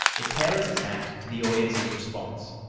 it tailors its act to the audience's response.